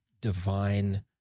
divine